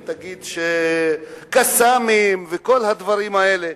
ותגיד "קסאמים" וכל הדברים האלה.